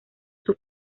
sus